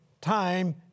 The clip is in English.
time